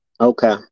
Okay